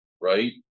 right